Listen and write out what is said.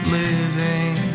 living